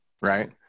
right